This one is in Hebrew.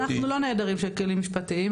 אנחנו לא נעדרים של כלים משפטיים,